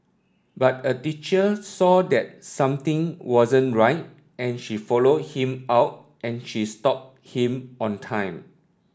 but a teacher saw that something wasn't right and she followed him out and she stopped him on time